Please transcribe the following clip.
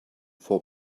for